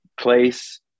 place